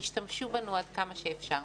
ותשתמשו בנו עד כמה שאפשר.